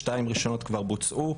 שתיים ראשונות כבר בוצעו,